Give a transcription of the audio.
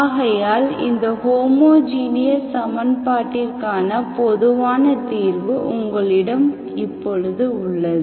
ஆகையால் இந்த ஹோமோஜீனியஸ் சமன்பாட்டிற்கான பொதுவான தீர்வு உங்களிடம் இப்பொழுது உள்ளது